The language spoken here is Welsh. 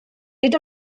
nid